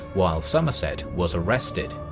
while somerset was arrested.